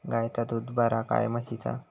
गायचा दूध बरा काय म्हशीचा?